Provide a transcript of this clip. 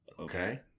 Okay